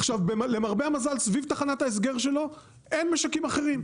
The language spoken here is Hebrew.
עכשיו למרבה המזל סביב תחנת ההסגר שלו אין משקים אחרים,